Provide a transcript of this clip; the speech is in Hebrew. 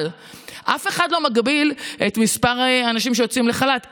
אבל אף אחד לא מגביל את מספר האנשים שיוצאים לחל"ת,